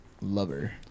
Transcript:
lover